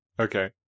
Okay